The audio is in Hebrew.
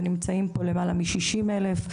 ונמצאים פה למעלה מ-60 אלף,